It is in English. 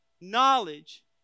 knowledge